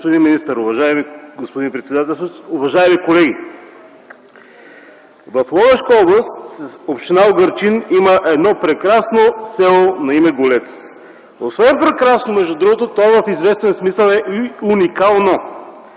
господин министър, уважаеми господин председателстващ, уважаеми колеги! В Ловешка област, община Угърчин има едно прекрасно село на име Голец. Освен прекрасно, между другото, то в известен смисъл е и уникално.